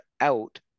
out